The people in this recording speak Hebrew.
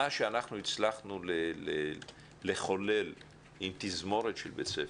מה שאנחנו הצלחנו לחולל עם תזמורת של בית ספר,